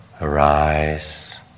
arise